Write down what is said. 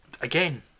Again